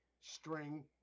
string